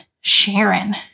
Sharon